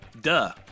duh